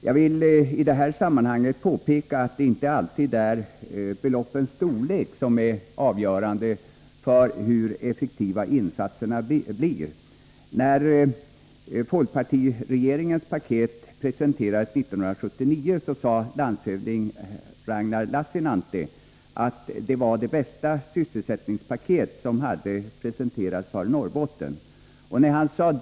Jag vill påpeka att det inte alltid är beloppens storlek som är avgörande för hur effektiva insatserna blir. När folkpartiregeringens sysselsättningspaket lades fram 1979 sade landshövding Ragnar Lassinantti att det var det bästa sysselsättningspaket för Norrbotten som hade presenterats.